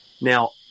Now